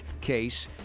case